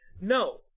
no